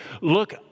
Look